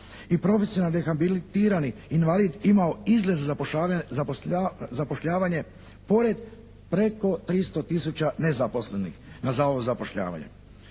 i profesionalno rehabilitirani invalid imao izglede za zapošljavanje pored preko 300 tisuća nezaposlenih na Zavodu za zapošljavanje.